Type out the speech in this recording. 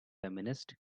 feminist